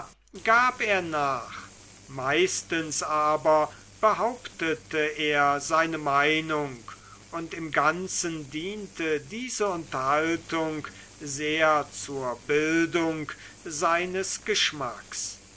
gab er nach meistens aber behauptete er seine meinung und im ganzen diente diese unterhaltung sehr zur bildung seines geschmacks